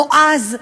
נועז,